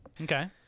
Okay